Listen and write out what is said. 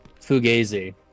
fugazi